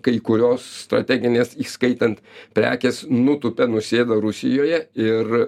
kai kurios strateginės įskaitant prekės nutūpė nusėdo rusijoje ir